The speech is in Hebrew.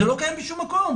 זה לא קיים בשום מקום.